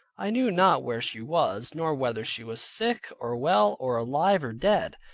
i knew not where she was, nor whether she was sick, or well, or alive, or dead.